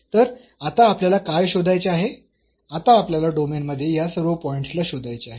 तर आता आपल्याला काय शोधायचे आहे आता आपल्याला डोमेन मध्ये या सर्व पॉईंट्सला शोधायचे आहे